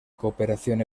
cooperación